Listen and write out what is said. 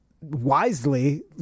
wisely